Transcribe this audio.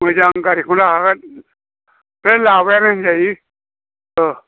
मोजां गारिखौनो लाखागोन दे लाबायानो होनजायो